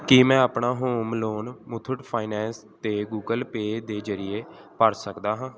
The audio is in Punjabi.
ਕੀ ਮੈਂ ਆਪਣਾ ਹੋਮ ਲੋਨ ਮੁਥੂਟ ਫਾਈਨੈਂਸ ਤੇ ਗੁਗਲ ਪੇ ਦੇ ਜ਼ਰੀਏ ਭਰ ਸਕਦਾ ਹਾਂ